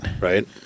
right